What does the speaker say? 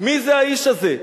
מי זה האיש הזה?